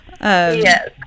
yes